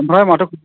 ओमफ्राय माथो